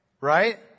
Right